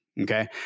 Okay